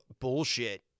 bullshit